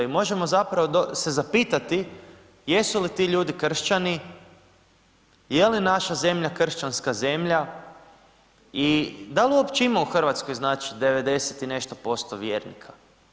I možemo zapravo se zapitati jesu li ti ljudi kršćani i je li naša zemlja kršćanska zemlja i da li uopće ima u Hrvatskoj znači 90 i nešto % vjernika?